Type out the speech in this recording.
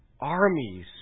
armies